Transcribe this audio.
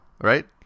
Right